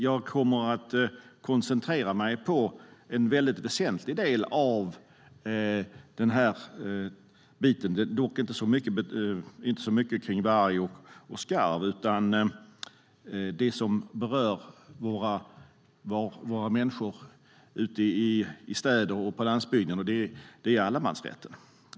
Jag kommer att koncentrera mig på en väldigt väsentlig del, inte så mycket på varg och skarv, utan på något som berör våra människor i städer och på landsbygden, nämligen allemansrätten.